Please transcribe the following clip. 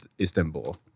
Istanbul